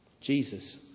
Jesus